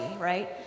right